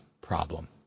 problem